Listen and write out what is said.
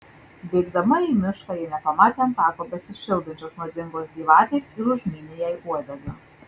bėgdama į mišką ji nepamatė ant tako besišildančios nuodingos gyvatės ir užmynė jai uodegą